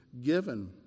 given